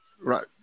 Right